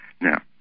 now